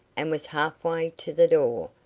and was half-way to the door,